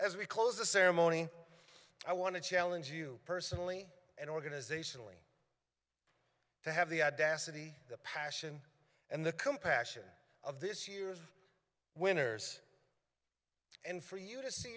as we close the ceremony i want to challenge you personally and organizationally to have the audacity the passion and the compassion of this year's winners and for you to see